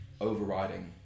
overriding